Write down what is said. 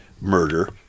murder